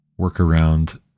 workaround